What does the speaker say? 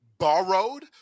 Borrowed